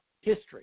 history